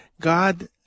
God